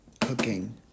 cooking